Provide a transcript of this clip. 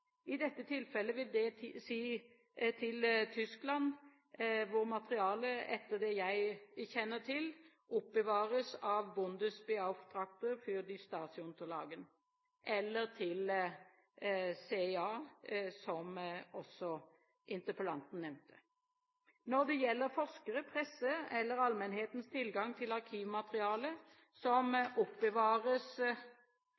I dette tilfellet vil det si til Tyskland, hvor materialet, etter det jeg kjenner til, oppbevares av Bundesbeauftragter für die Stasi-Unterlagen, eller CIA, som også interpellanten nevnte. Når det gjelder forskere, presse eller allmennhetens tilgang til arkivmateriale som